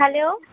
hello